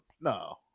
No